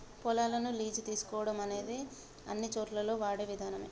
పొలాలను లీజు తీసుకోవడం అనేది అన్నిచోటుల్లోను వాడే విధానమే